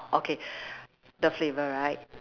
orh okay the flavour right